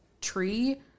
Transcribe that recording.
tree